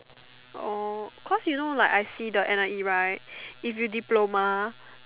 orh cause you know like I see the N_I_E right if you diploma